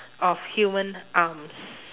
of human arms